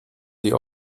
sie